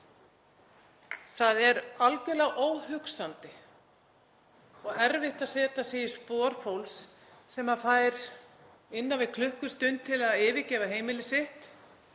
Það er algerlega óhugsandi og erfitt að setja sig í spor fólks sem fær innan við klukkustund til að yfirgefa heimili sitt